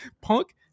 Punk